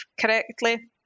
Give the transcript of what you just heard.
correctly